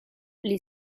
les